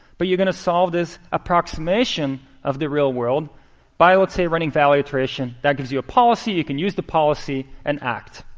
but you're going to solve this approximation of the real world by, let's say, running value iteration. that gives you a policy. you can use the policy and act.